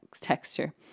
texture